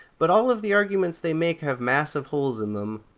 but all of the arguments they make have massive holes in them.